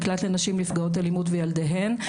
מקלט לנשים נפגעות אלימות וילדיהן.